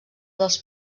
dels